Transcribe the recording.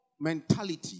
mentality